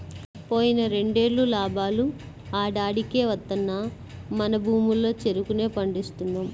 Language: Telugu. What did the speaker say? పోయిన రెండేళ్ళు లాభాలు ఆడాడికే వత్తన్నా మన భూముల్లో చెరుకునే పండిస్తున్నాం